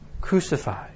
crucified